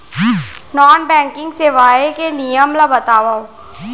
Non banking सेवाएं के नियम ला बतावव?